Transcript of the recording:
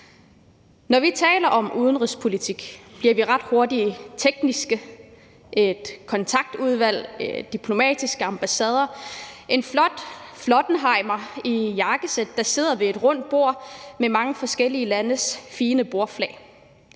Når vi taler om udenrigspolitik, bliver vi ret hurtigt tekniske: et kontaktudvalg, diplomatiske ambassader, en flot flottenhejmer i jakkesæt, der sidder ved et rundt bord med mange forskellige landes fine bordflag.